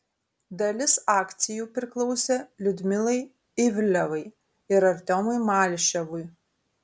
dalis akcijų priklausė liudmilai ivlevai ir artiomui malyševui